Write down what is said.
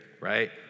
right